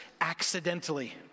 accidentally